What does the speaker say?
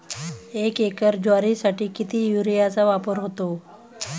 एक एकर ज्वारीसाठी किती युरियाचा वापर होतो?